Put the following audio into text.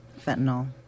Fentanyl